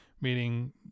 meaning